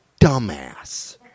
dumbass